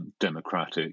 democratic